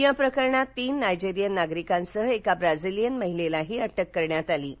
या प्रकरणात तीन नायजेरियन नागरिकांसह एका ब्राझिलियन महिलेलाही अटक करण्यात आली आहे